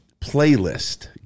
playlist